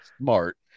smart